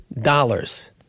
dollars